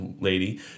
lady